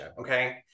okay